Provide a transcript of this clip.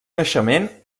naixement